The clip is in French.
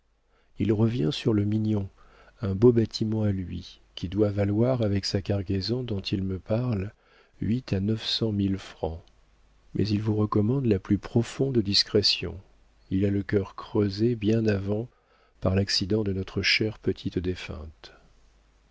il revient sur le mignon un beau bâtiment à lui qui doit valoir avec sa cargaison dont il me parle huit à neuf cent mille francs mais il vous recommande la plus profonde discrétion il a le cœur creusé bien avant par l'accident de notre chère petite défunte